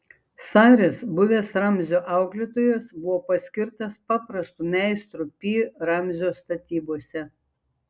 saris buvęs ramzio auklėtojas buvo paskirtas paprastu meistru pi ramzio statybose